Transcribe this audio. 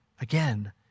again